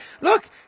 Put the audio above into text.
Look